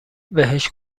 بهش